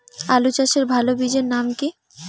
আলু চাষের ভালো বীজের নাম কি?